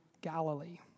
Galilee